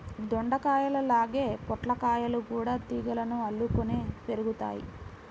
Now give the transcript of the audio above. దొండకాయల్లాగే పొట్లకాయలు గూడా తీగలకు అల్లుకొని పెరుగుతయ్